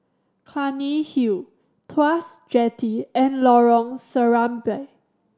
Clunny Hill Tuas Jetty and Lorong Serambi